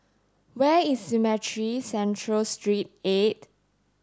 where is Cemetry Central Street Eight